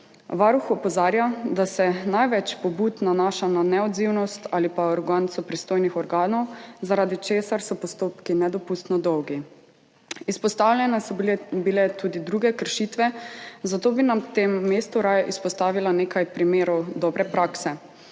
Varuh opozarja, da se največ pobud nanaša na neodzivnost ali pa aroganco pristojnih organov, zaradi česar so postopki nedopustno dolgi. Izpostavljene so bile tudi druge kršitve, zato bi na tem mestu rada izpostavila nekaj primerov dobre prakse.